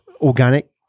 organic